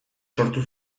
sortu